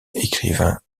écrivain